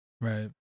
Right